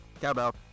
cowbell